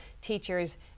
teachers